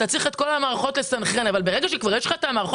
אתה צריך לסנכרן את כל המערכות אבל ברגע שכבר יש לך את המערכות,